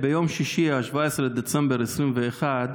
ביום שישי, 17 בדצמבר 2021,